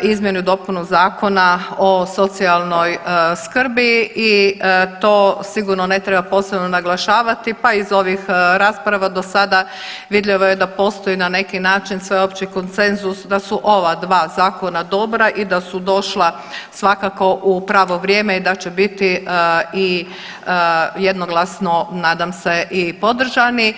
izmjenu i dopunu Zakona o socijalnoj skrbi i to sigurno ne treba posebno naglašavati pa iz ovih rasprava do sada vidljivo je da postoji na neki način sveopći konsenzus da su ova dva zakona dobra i da su došla svakako u pravo vrijeme i da će biti jednoglasno, nadam se i podržani.